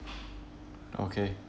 okay